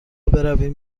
برویم